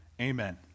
Amen